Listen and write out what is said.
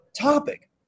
topic